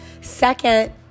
second